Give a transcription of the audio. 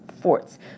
forts